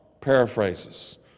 paraphrases